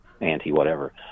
anti-whatever